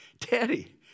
Daddy